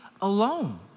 alone